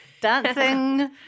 dancing